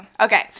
Okay